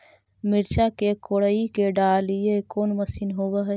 मिरचा के कोड़ई के डालीय कोन मशीन होबहय?